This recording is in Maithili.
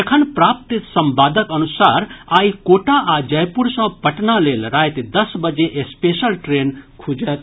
एखन प्राप्त संवादक अनुसार आइ कोटा आ जयपुर सँ पटना लेल राति दस बजे स्पेशल ट्रेन खूजत